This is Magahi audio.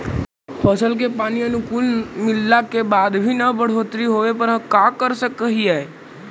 फसल के पानी अनुकुल मिलला के बाद भी न बढ़ोतरी होवे पर का कर सक हिय?